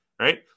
right